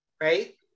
right